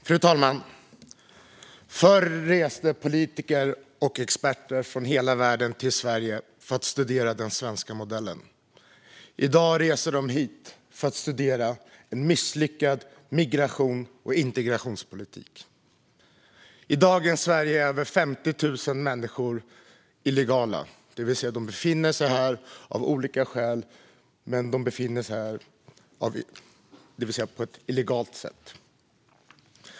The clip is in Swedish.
Fru talman! Förr reste politiker och experter från hela världen till Sverige för att studera den svenska modellen. I dag reser de hit för att studera en misslyckad migrations och integrationspolitik. I dagens Sverige är över 50 000 människor illegala, det vill säga de befinner sig här av olika skäl men på ett illegalt sätt.